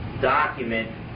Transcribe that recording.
document